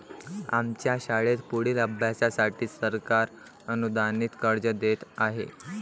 आमच्या शाळेत पुढील अभ्यासासाठी सरकार अनुदानित कर्ज देत आहे